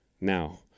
Now